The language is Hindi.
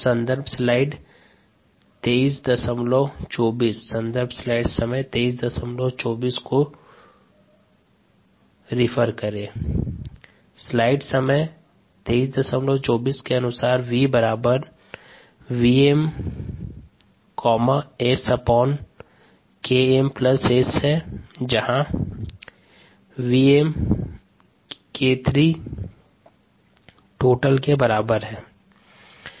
संदर्भ स्लाइड टाइम 2324 स्लाइड समय 2324 के अनुसार v बराबर vm SKm S है जहाँ vm k3 total के बराबर है और kmk2 k3 k1 के बराबर है